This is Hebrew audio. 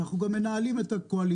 אנחנו גם מנהלים את הקואליציה.